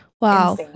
Wow